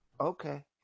okay